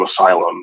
Asylum